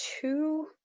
two